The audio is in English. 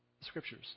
Scriptures